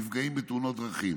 נפגעים בתאונות דרכים.